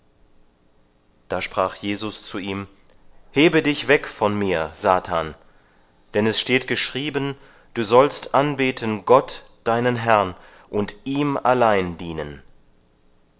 da sprach jesus zu ihm hebe dich weg von mir satan denn es steht geschrieben du sollst anbeten gott deinen herrn und ihm allein dienen